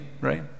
right